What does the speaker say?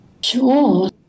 Sure